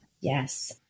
Yes